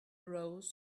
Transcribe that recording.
rose